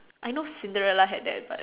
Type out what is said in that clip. I know Cinderella had that but